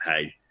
Hey